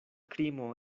krimo